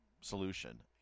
solution